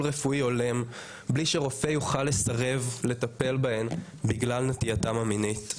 רפואי הולם בלי שרופא יוכל לסרב לטפל בהם בגלל נטייתם המינית.